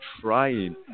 trying